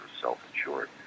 self-insured